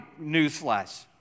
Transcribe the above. newsflash